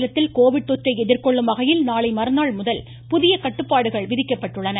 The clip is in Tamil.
மாநிலத்தில் கோவிட் தொற்றை எதிர்கொள்ளும் வகையில் நாளைமறுநாள் முதல் புதிய கட்டுப்பாடுகள் விதிக்கப்பட்டுள்ளன